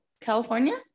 California